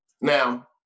Now